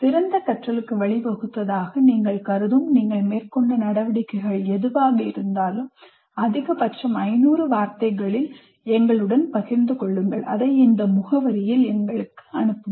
சிறந்த கற்றலுக்கு வழிவகுத்ததாக நீங்கள் கருதும் நீங்கள் மேற்கொண்ட நடவடிக்கைகள் எதுவாக இருந்தாலும் அதிகபட்சம் 500 வார்த்தைகளில் எங்களுடன் பகிர்ந்து கொள்ளுங்கள் அதை இந்த முகவரியில் எங்களுக்கு அனுப்புங்கள்